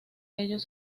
ellos